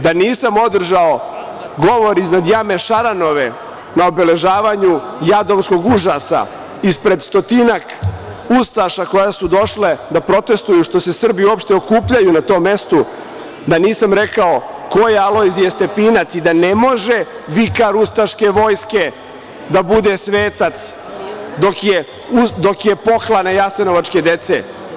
Da nisam održao govor iznad jame Šaranove, na obeležavanju Jadovskog užasa ispred stotinak ustaša koje su došle da protestuju što se Srbi uopšte okupljaju na tom mestu, da nisam rekao ko je Alojzije Stepinac i da ne može vikar ustaške vojske da bude svetac dok je … jasenovačke dece.